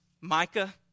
Micah